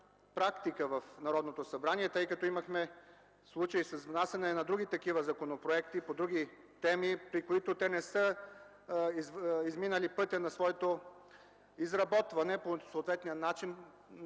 практика в Народното събрание, тъй като имахме случаи с внасяне на други такива законопроекти, по други теми, които не са изминали пътя на своето изработване по съответния начин